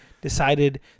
decided